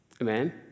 Amen